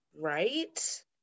Right